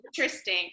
interesting